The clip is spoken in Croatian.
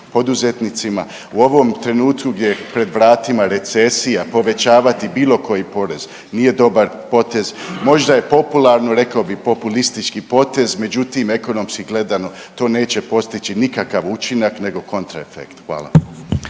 poduzetnicima u ovom trenutku gdje je pred vratima recesija, povećavati bilo koji porez nije dobar potez. Možda je popularno rekao bi populistički potez, međutim ekonomski gledano to neće postići nikakav učinak nego kontra efekt. Hvala.